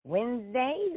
Wednesday